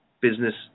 business